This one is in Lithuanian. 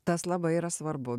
tas labai yra svarbu